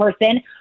person